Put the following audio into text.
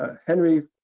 ah henry,